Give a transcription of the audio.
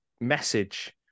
message